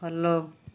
follow